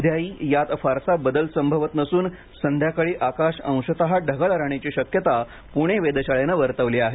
उद्याही यात फारसा बदल संभवत नसूनसंध्याकाळी आकाश अंशतः ढगाळ राहण्याची शक्यता पुणे वेधशाळेनं वर्तवली आहे